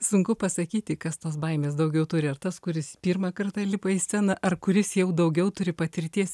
sunku pasakyti kas tos baimės daugiau turi ar tas kuris pirmą kartą lipa į sceną ar kuris jau daugiau turi patirties